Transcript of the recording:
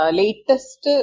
latest